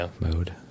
mode